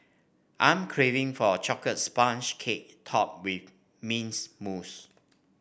I am craving for a chocolate sponge cake topped with mints mousse